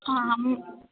आम्